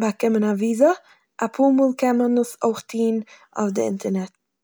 באקומען א וויזע. אפאר מאל קען מען עס אויך טוהן אויף די אינטערנעט.